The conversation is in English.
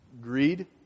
greed